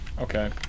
Okay